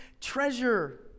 treasure